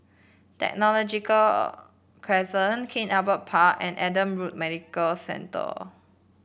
Technological Crescent King Albert Park and Adam Road Medical Centre